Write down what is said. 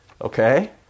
okay